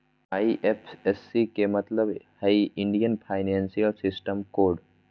IFSC के मतलब हइ इंडियन फाइनेंशियल सिस्टम कोड